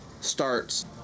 starts